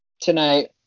tonight